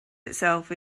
itself